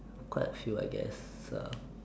quite a few I guess uh